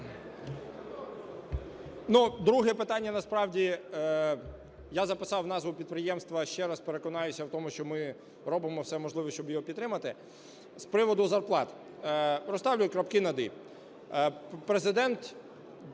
друге питання насправді… Я записав назву підприємства, ще раз переконаюся в тому, що ми робимо все можливе, щоб його підтримати. З приводу зарплат. Розставлю крапки над